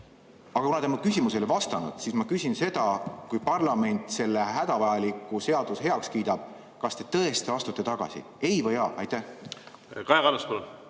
Aga kuna te mu küsimusele ei vastanud, siis ma küsin seda: kui parlament selle hädavajaliku seaduse heaks kiidab, kas te tõesti astute tagasi? Ei või jaa? Aitäh, lugupeetud